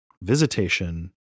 visitation